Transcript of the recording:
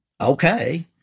okay